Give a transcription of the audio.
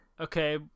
okay